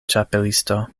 ĉapelisto